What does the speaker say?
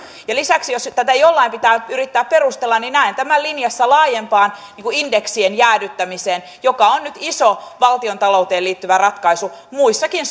ja lisäksi jos tätä jollain pitää yrittää perustella niin näen tämän linjassa laajempaan indeksien jäädyttämiseen joka on nyt iso valtiontalouteen liittyvä ratkaisu muissakin